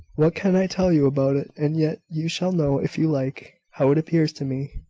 what can i tell you about it? and yet, you shall know, if you like, how it appears to me.